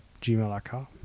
gmail.com